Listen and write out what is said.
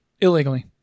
Illegally